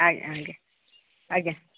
ଆଜ୍ଞା ଆଜ୍ଞା ଆଜ୍ଞା